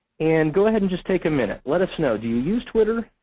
and go ahead and just take a minute. let us know. do you use twitter?